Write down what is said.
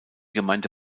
gemeinde